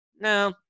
No